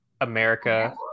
America